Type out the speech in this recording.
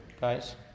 guys